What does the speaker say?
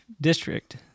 district